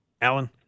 Alan